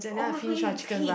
oh my god ya you pig